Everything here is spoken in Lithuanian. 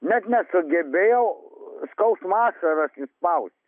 net nesugebėjau skausmo ašaras išspaust